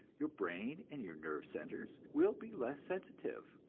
your brain and your nerve centers will be less sensitive,